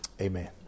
Amen